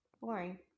Boring